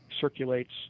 circulates